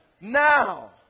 Now